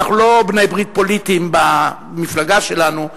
אנחנו לא בעלי ברית פוליטיים במפלגה שלנו,